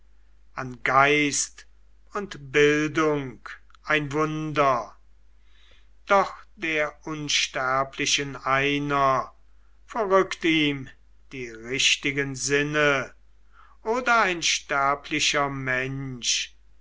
an geist und bildung ein wunder doch der unsterblichen einer verrückt ihm die richtigen sinne oder ein sterblicher mensch